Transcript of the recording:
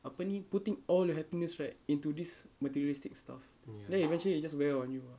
apa ni putting all your happiness right into this materialistic stuff then eventually it just wear on you